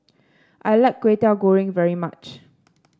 I like Kway Teow Goreng very much